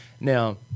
Now